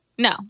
No